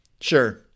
Sure